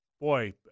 boy